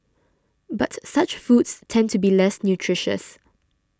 but such foods tend to be less nutritious